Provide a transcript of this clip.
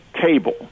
table